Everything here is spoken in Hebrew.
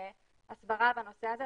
להסברה בנושא הזה,